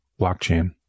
blockchain